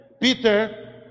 Peter